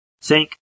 sink